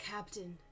Captain